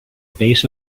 base